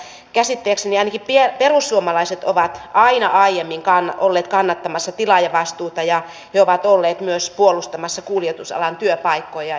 käsittääkseni ainakin perussuomalaiset ovat aina aiemmin olleet kannattamassa tilaajavastuuta ja he ovat olleet myös puolustamassa kuljetusalan työpaikkoja